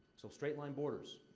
so, straight-line borders.